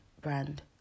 brand